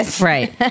right